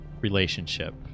relationship